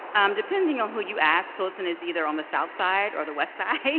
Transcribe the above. um depending on who you ask, pilsen is either on the south side or the west side.